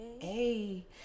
Hey